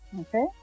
okay